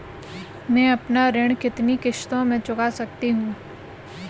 मैं अपना ऋण कितनी किश्तों में चुका सकती हूँ?